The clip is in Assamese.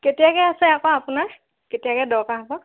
কেতিয়াকৈ আছে আকৌ আপোনাৰ কেতিয়াকৈ দৰকাৰ হ'ব